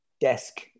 desk